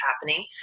happening